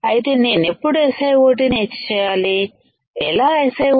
అయితే నేనెప్పుడూ SiO2 ని ఎచ్ చేయాలి ఎలా SiO2